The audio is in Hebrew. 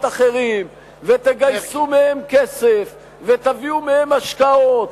אחרים ותגייסו מהם כסף ותביאו מהם השקעות,